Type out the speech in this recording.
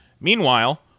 Meanwhile